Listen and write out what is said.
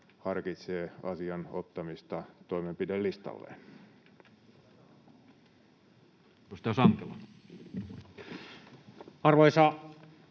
harkitsevat asian ottamista toimenpidelistalleen. Edustaja